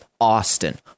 Austin